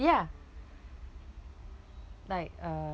ya like uh